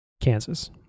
Kansas